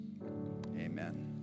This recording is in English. Amen